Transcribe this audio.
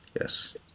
yes